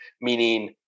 meaning